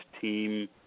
team